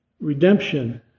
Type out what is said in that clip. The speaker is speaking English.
redemption